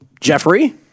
Jeffrey